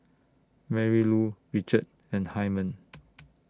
Marylou Richard and Hymen